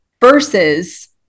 versus